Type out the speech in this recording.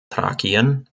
thrakien